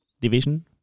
division